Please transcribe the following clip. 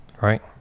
Right